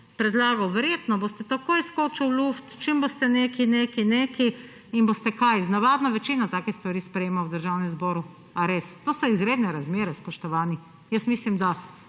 predlagali? Verjetno boste takoj skočili v luft, čim boste nekaj, nekaj, nekaj in boste – kaj? Z navadno večino take stvari sprejemali v Državnem zboru? Ali res? To so izredne razmere, spoštovani. Mislim, da